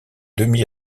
demi